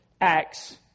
acts